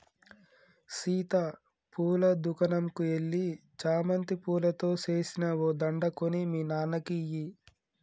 సీత పూల దుకనంకు ఎల్లి చామంతి పూలతో సేసిన ఓ దండ కొని మీ నాన్నకి ఇయ్యి